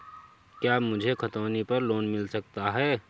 क्या मुझे खतौनी पर लोन मिल सकता है?